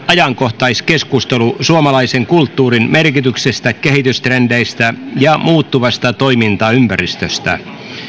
ajankohtaiskeskustelu suomalaisen kulttuurin merkityksestä kehitystrendeistä ja muuttuvasta toimintaympäristöstä